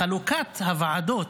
בחלוקת הוועדות